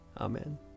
Amen